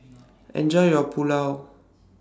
Enjoy your Pulao